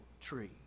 tree